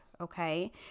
Okay